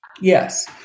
Yes